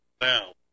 now